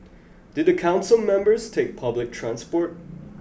do the council members take public transport